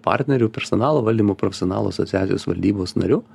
partneriu personalo valdymo profesionalų asociacijos valdybos nariu